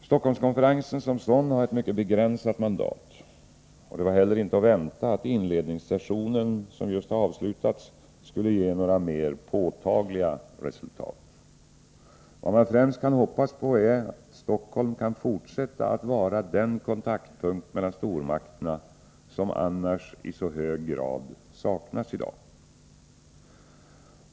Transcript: Stockholmskonferensen som sådan har ett mycket begränsat mandat. Det var inte heller att vänta att inledningssessionen, som just har avslutats, skulle ge några mer påtagliga resultat. Vad man främst kan hoppas på är att Stockholm kan fortsätta att vara den kontaktpunkt mellan stormakterna som annars i så hög grad saknas i dag.